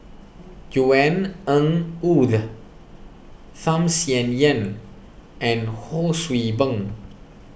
Yvonne Ng Uhde Tham Sien Yen and Ho See Beng